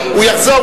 הוא יחזור,